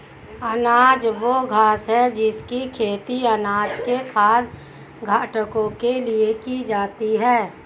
अनाज वह घास है जिसकी खेती अनाज के खाद्य घटकों के लिए की जाती है